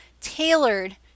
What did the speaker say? tailored